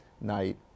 Night